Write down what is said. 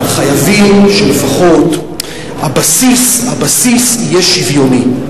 אבל חייבים שלפחות הבסיס יהיה שוויוני,